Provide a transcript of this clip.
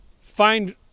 find